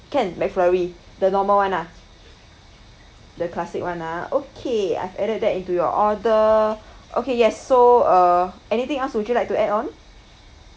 can McFlurry the normal one ah the classic one ah okay I've added that into your order okay yes so err anything else would you like to add on